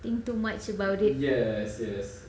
think too much about it yes yes